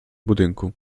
budynku